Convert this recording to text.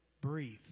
breathe